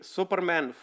Superman